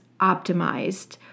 optimized